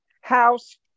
house